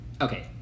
okay